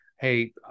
hey